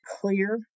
clear